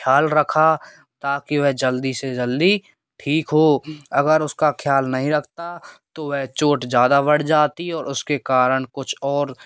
ख्याल रखा ताकि वह जल्दी से जल्दी ठीक हो अगर उसका ख्याल नहीं रखता तो वह चोट ज़्यादा बढ़ जाती और उसके कारण कुछ और